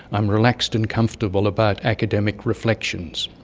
i am relaxed and comfortable about academic reflections.